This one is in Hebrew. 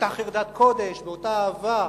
באותה חרדת קודש, באותה אהבה,